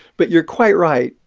but you're quite right.